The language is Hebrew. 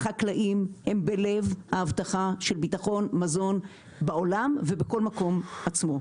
החקלאים הם בלב האבטחה של ביטחון מזון בעולם ובכל מקום עצמו.